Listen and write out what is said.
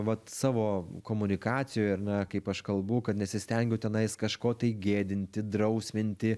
vat savo komunikacijoj ar ne kaip aš kalbu kad nesistengiu tenais kažko tai gėdinti drausminti